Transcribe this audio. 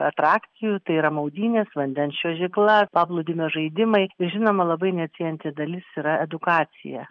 atrakcijų tai yra maudynės vandens čiuožykla paplūdimio žaidimai žinoma labai neatsiejanti dalis yra edukacija